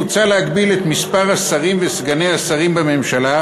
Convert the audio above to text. מוצע להגביל את מספר השרים וסגני השרים בממשלה,